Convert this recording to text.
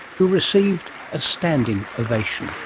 who received a standing ovation.